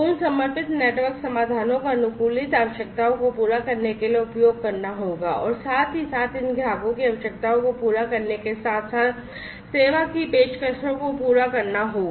उन समर्पित नेटवर्क समाधानों को अनुकूलित आवश्यकताओं को पूरा करने के लिए उपयोग करना होगा और साथ ही साथ इन ग्राहकों की आवश्यकताओं को पूरा करने के साथ साथ सेवा की पेशकशों को पूरा करना होगा